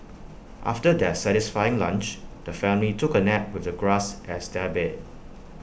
after their satisfying lunch the family took A nap with the grass as their bed